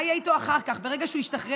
מה יהיה איתו אחר כך, ברגע שהוא ישתחרר?